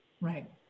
Right